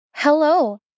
Hello